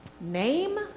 name